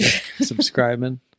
subscribing